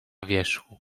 wierzchu